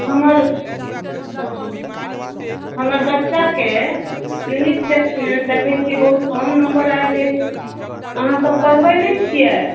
हमर हमर बच्चाके यूनिट टेस्टमे देखै छिए बहुत कम नम्बर आएल अछि अहाँसब पढ़बै नहि छिए